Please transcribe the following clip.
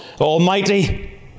Almighty